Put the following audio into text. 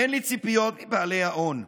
אין לי ציפיות מבעלי ההון,